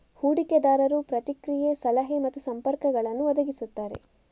ಹೂಡಿಕೆದಾರರು ಪ್ರತಿಕ್ರಿಯೆ, ಸಲಹೆ ಮತ್ತು ಸಂಪರ್ಕಗಳನ್ನು ಒದಗಿಸುತ್ತಾರೆ